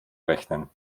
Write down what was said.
rechnen